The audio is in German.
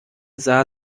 sah